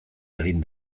egin